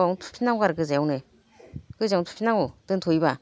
बेयावनो थुफिननांगौ आरो गोजायावनो गोजायावनो थुफिननांगौ दोनथ'योबा